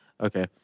Okay